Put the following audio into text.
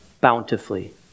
bountifully